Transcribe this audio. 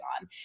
on